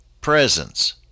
presence